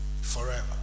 Forever